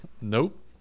Nope